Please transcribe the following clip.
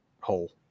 hole